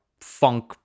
funk